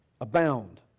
Abound